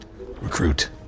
Recruit